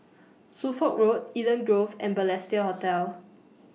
Suffolk Road Eden Grove and Balestier Hotel